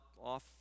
off